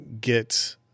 get